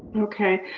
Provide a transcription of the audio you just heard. okay,